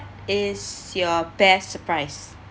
is your best surprise